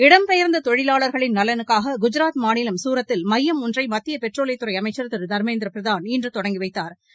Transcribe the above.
இடம்பெயர்ந்த தொழிலாளர்களின் நலனுக்காக குஜராத் மாநிலம் சூரத்தில் மையம் ஒன்றை மத்திய பெட்ரோலியத்துறை அமைச்சள் திரு தர்மேந்திர பிரதாள் இன்று தொடங்கி வைத்தாா்